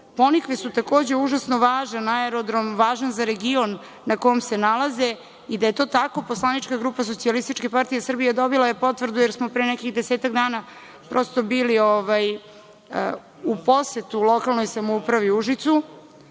„Ponikve“ su takođe užasno važan aerodrom, važan za region na kom se nalaze. Da je to tako, poslanička grupa SPS dobila je potvrdu jer smo pre nekih desetak dana prosto bili u poseti lokalnoj samoupravi u Užicu,